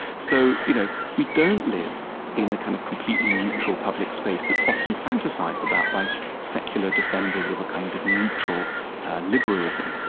so you know we don't live in the kind of completely neutral public space that's often fantasized about by secular defenders of a kind of neutral liberalism.